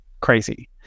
crazy